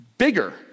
bigger